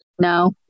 No